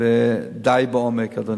ודי לעומק, אדוני.